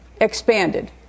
expanded